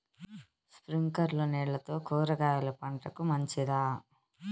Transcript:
స్ప్రింక్లర్లు నీళ్లతో కూరగాయల పంటకు మంచిదా?